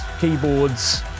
keyboards